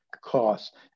cost